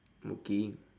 working